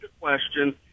question